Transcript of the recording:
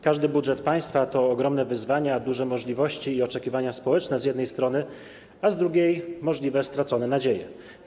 Każdy budżet państwa to ogromne wyzwania, duże możliwości i oczekiwania społeczne z jednej strony, a z drugiej, możliwe stracone nadzieje.